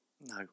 No